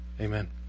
Amen